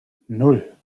nan